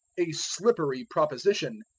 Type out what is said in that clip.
a slippery proposition,